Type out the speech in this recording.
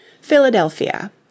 Philadelphia